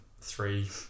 three